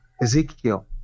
Ezekiel